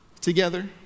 together